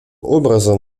образом